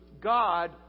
God